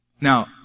Now